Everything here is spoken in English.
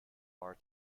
are